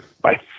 bye